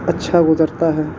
اچھا گزرتا ہے